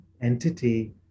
entity